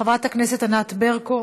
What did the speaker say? חברת הכנסת ענת ברקו,